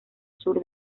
sur